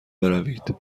بروید